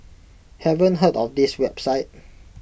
haven't heard of this website